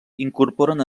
incorporen